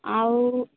ଆଉ